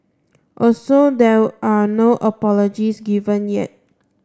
also there are no apologies given yet